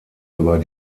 über